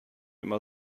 immer